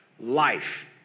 life